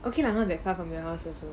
okay lah not that far from your house also